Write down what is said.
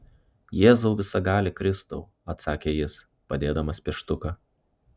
jėzau visagali kristau atsakė jis padėdamas pieštuką